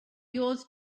yours